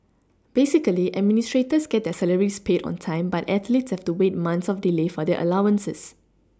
basically administrators get their salaries paid on time but athletes have to wait months of delay for their allowances